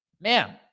man